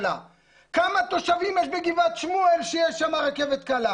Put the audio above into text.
כמה תושבים יש בגבעת שמואל שיש שם רכבת קלה?